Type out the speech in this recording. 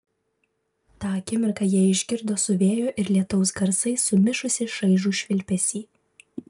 tą akimirką jie išgirdo su vėjo ir lietaus garsais sumišusį šaižų švilpesį